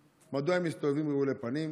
1. מדוע הם מסתובבים רעולי פנים?